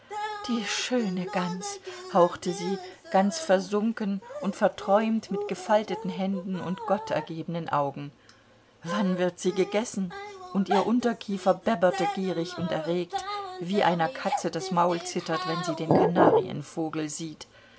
die schöne gans hauchte sie ganz versunken und verträumt mit gefalteten händen und gottergebenen augen wann wird sie gegessen und ihr unterkiefer bebberte gierig und erregt wie einer katze das maul zittert wenn sie den kanarienvogel sieht